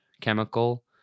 chemical